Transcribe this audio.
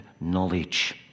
knowledge